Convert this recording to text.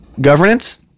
governance